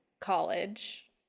college